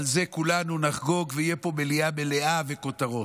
על זה כולנו נחגוג ותהיה פה מליאה מלאה וכותרות.